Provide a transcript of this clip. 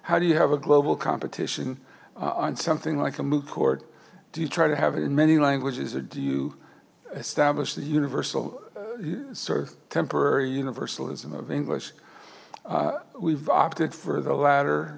how do you have a global competition on something like a moot court do you try to have it in many languages or do you establish the universal sort of temporary universalism of english we've opted for the la